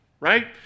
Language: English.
Right